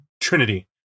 trinity